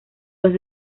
los